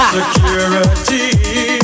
Security